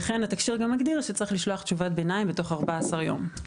התקשי"ר גם מגדיר שצריך לשלוח תשובת ביניים בתוך 14 ימים.